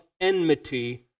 enmity